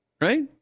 Right